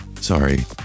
Sorry